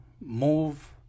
move